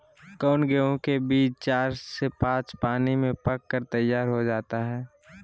कौन गेंहू के बीज चार से पाँच पानी में पक कर तैयार हो जा हाय?